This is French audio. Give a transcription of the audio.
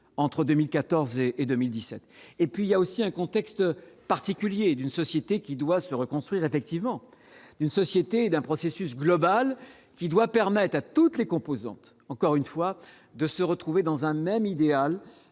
entre 2014 et et 2017 et puis il y a aussi un contexte particulier et d'une société qui doit se reconstruire effectivement d'une société d'un processus global qui doit permettre à toutes les composantes, encore une fois, de se retrouver dans un même idéal,